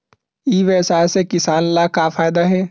ई व्यवसाय से किसान ला का फ़ायदा हे?